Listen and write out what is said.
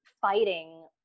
fighting